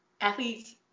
athletes